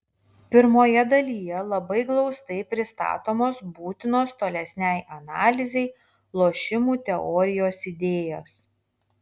pirmoje dalyje labai glaustai pristatomos būtinos tolesnei analizei lošimų teorijos idėjos